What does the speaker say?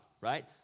right